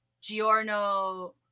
Giorno